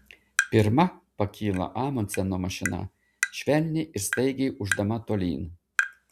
pirma pakyla amundseno mašina švelniai ir staigiai ūždama tolyn